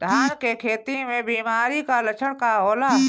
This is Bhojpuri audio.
धान के खेती में बिमारी का लक्षण का होला?